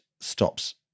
stops